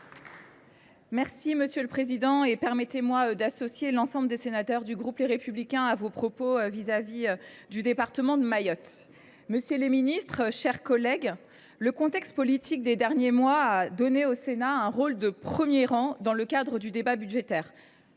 Monsieur le président, permettez moi d’associer l’ensemble des sénateurs du groupe Les Républicains à vos propos relatifs au département de Mayotte. Messieurs les ministres, mes chers collègues, le contexte politique de ces derniers mois a donné au Sénat un rôle de premier rang dans le cadre du débat budgétaire.